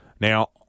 Now